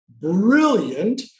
brilliant